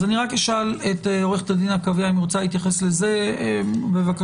אשאל את עו"ד עקביה אם היא רוצה להתייחס לזה - בבקשה.